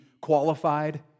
qualified